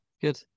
Good